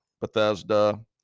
bethesda